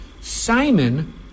Simon